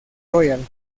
royal